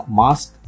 mask